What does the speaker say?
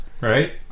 right